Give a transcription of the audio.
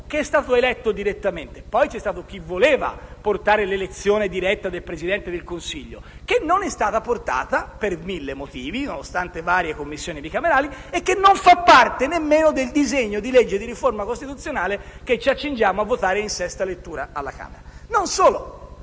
che è stato eletto direttamente. Poi c'è stato chi voleva portare l'elezione diretta del Presidente del Consiglio, che non è stata portata avanti per mille motivi, nonostante varie Commissioni bicamerali, e che non fa parte nemmeno del disegno di legge di riforma costituzionale che ci accingiamo a votare in sesta lettura alla Camera. Rispetto